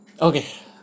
Okay